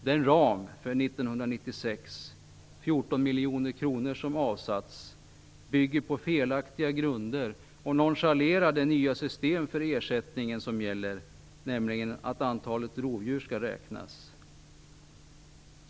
Den ram för 1996 där man avsatt 14 miljoner kronor bygger på felaktiga grunder och nonchalerar det nya system för ersättning som gäller, nämligen att antalet rovdjur skall räknas.